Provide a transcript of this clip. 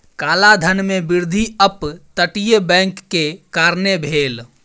काला धन में वृद्धि अप तटीय बैंक के कारणें भेल